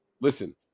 Listen